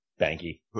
Banky